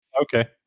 Okay